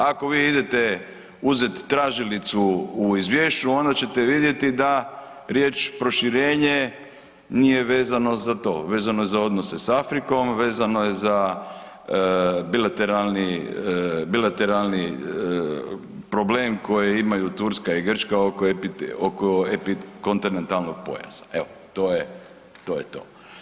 Ako vi idete uzeti tražilicu u izvješću onda ćete vidjeti da riječ proširenje nije vezano za to, vezano je za odnose s Afrikom, vezano je za bilateralni, bilateralni problem koji imaju Turska i Grčka oko kontinentalnog pojasa, evo to je to.